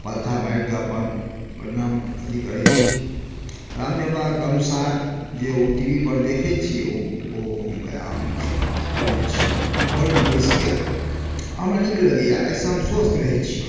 पलथा मारि कऽ अपन प्रणाम अथी करैत छी रामदेव बाबाक अनुसार जे ओ टी वी पर देखैत छी ओ ओ हम व्यायाम करैत छी अपना घरमे बैसिके ओ हमरा नीक लगैए एहिसँ हम स्वस्थ रहैत छी